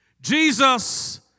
Jesus